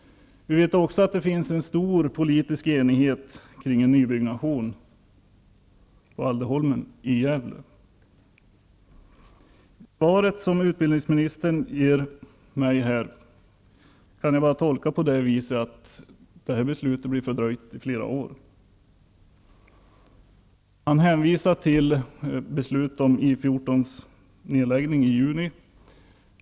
Vi vet också att det finns en stor politisk enighet kring en nybyggnation i Gävle, Alderholmen. Svaret som utbildningsministern ger mig kan jag bara tolka som att detta beslut kommer att fördröjas i flera år. Han hänvisar till beslut om nedläggning av I 14 i juni.